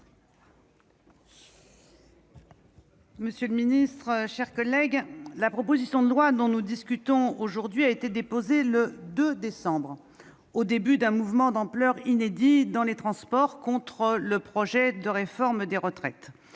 d'État, mes chers collègues, la proposition de loi dont nous discutons aujourd'hui a été déposée le 2 décembre, au début d'un mouvement d'ampleur inédite dans les transports contre le projet de réforme des retraites.